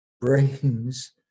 brains